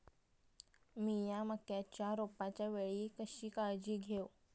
मीया मक्याच्या रोपाच्या वेळी कशी काळजी घेव?